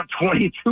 22